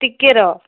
ଟିକେ ରହ